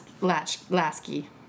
Lasky